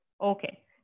Okay